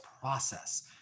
process